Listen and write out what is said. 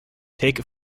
take